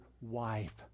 wife